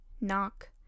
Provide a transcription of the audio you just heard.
Knock